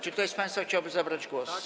Czy ktoś z państwa chciałby zabrać głos?